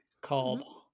called